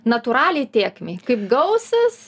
natūraliai tėkmei kaip gausis